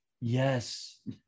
yes